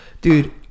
Dude